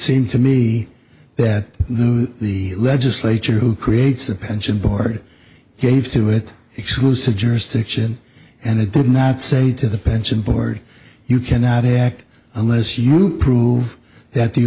seem to me that the the legislature who creates the pension board gave to it exclusive jurisdiction and it did not say to the pension board you cannot act unless you prove that the